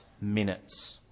minutes